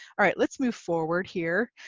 alright, let's move forward here.